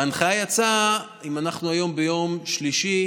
וההנחיה יצאה, אם אנחנו היום ביום שלישי,